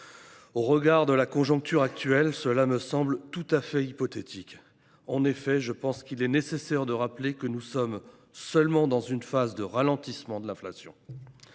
Au regard de la conjoncture, de telles baisses me semblent tout à fait hypothétiques. En effet, il est nécessaire de rappeler que nous ne sommes que dans une phase de ralentissement de l’inflation.